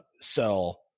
sell